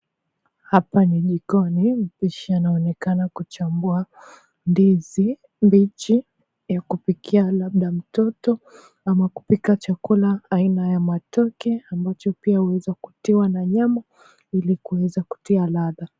Hapa ni jikoni mpishi anaonekana kuchambua ndizi mbichi ili kupikia labda mtoto ama kupika chakula aina ya matoke ambacho pia hueza kutiwa na nyama ili kuweza kutiwa ladha.